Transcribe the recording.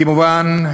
כמובן,